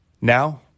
Now